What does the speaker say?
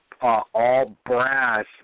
all-brass